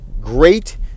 great